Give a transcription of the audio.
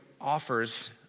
offers